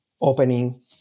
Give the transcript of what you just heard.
opening